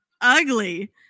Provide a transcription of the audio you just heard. ugly